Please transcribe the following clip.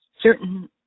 Certain